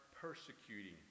persecuting